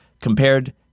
compared